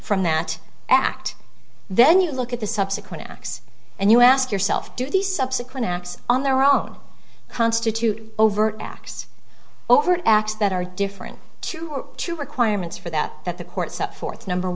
from that act then you look at the subsequent acts and you ask yourself do these subsequent acts on their own constitute overt acts overt acts that are different to two requirements for that that the court set forth number